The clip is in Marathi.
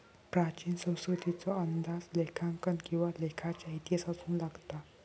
प्राचीन संस्कृतीचो अंदाज लेखांकन किंवा लेखाच्या इतिहासातून लागता